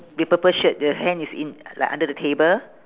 with purple shirt the hand is in like under the table